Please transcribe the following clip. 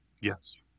Yes